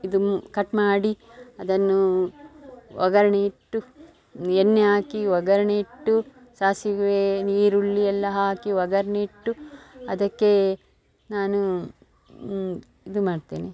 ಇದು ಕಟ್ ಮಾಡಿ ಅದನ್ನೂ ಒಗ್ಗರ್ಣೆ ಇಟ್ಟು ಎಣ್ಣೆ ಹಾಕಿ ಒಗ್ಗರ್ಣೆ ಇಟ್ಟು ಸಾಸಿವೆ ಈರುಳ್ಳಿ ಎಲ್ಲ ಹಾಕಿ ಒಗ್ಗರ್ಣೆ ಇಟ್ಟು ಅದಕ್ಕೇ ನಾನು ಇದು ಮಾಡ್ತೇನೆ